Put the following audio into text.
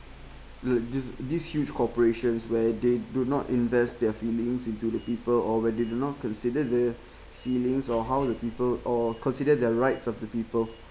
the this this huge corporations where they do not invest their feelings into the people or where they do not consider the feelings or how the people or consider the rights of the people